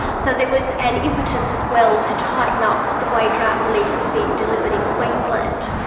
so there was an impetus as well to tighten up the way drought relief was being delivered in queensland.